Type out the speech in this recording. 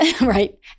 Right